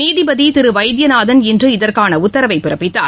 நீதிபதி திரு வைத்தியநாதன் இன்று இதற்கான உத்தரவினை பிறப்பித்தார்